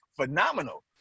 phenomenal